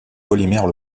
polymères